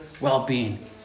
well-being